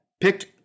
picked